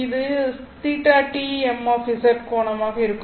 இது θTM கோணமாக இருக்கும்